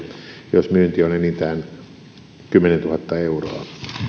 jos myynti on enintään kymmenentuhatta euroa